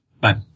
Bye